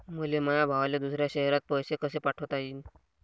मले माया भावाले दुसऱ्या शयरात पैसे कसे पाठवता येईन?